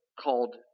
called